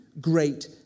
great